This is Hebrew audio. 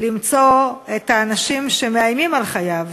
למצוא את האנשים שמאיימים על חייו.